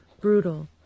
brutal